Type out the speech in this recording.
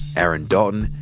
aaron dalton,